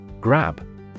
Grab